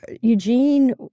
Eugene